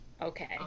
Okay